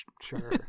Sure